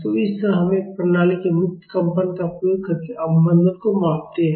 तो इस तरह हम एक प्रणाली के मुक्त कंपन का उपयोग करके अवमंदन को मापते हैं